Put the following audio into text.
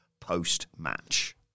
post-match